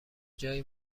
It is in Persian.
جایی